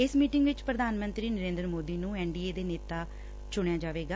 ਇਸ ਮੀਟਿੰਗ ਵਿਚ ਪ੍ਧਾਨ ਮੰਤਰੀ ਨਰੇਂਦਰ ਮੋਦੀ ਨੂੰ ਐਨ ਡੀ ਏ ਦੇ ਨੇਤਾ ਚੁਣਿਆ ਜਾਵੇਗਾ